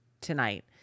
tonight